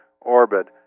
orbit